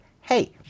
hey